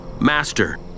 Master